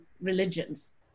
religions